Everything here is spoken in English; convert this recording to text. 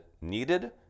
needed